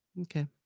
Okay